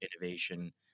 innovation